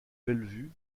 bellevue